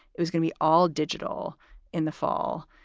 it was gonna be all digital in the fall.